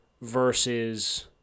versus